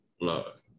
love